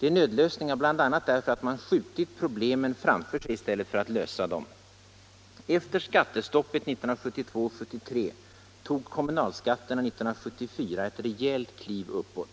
De är nödlösningar bl.a. därför att man skjutit problemen framför sig i stället för att lösa dem. Efter skattestoppet 1972-1973 tog kommunalskatterna 1974 ett rejält kliv uppåt.